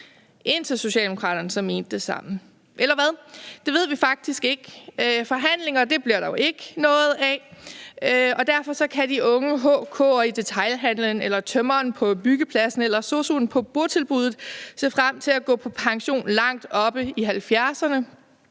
indtil Socialdemokraterne så mente det samme, eller hvad? Det ved vi faktisk ikke. Forhandlinger bliver der jo ikke noget af, og derfor kan de unge HK'er i detailhandelen eller tømreren på byggepladsen eller sosu'en på botilbuddet se frem til at gå på pension langt oppe i 70'erne.